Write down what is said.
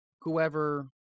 whoever